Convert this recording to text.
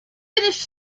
finished